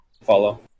Follow